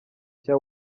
cya